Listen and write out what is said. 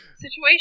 situation